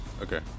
Okay